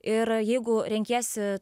ir jeigu renkiesi